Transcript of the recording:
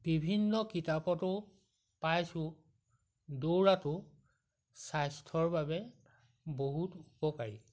বিভিন্ন কিতাপতো পাইছোঁ দৌৰাটো স্বাস্থ্যৰ বাবে বহুত উপকাৰী